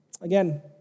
Again